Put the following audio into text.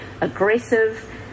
aggressive